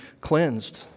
cleansed